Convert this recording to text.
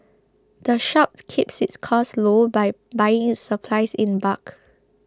the shop keeps its costs low by buying its supplies in bulk